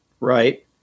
Right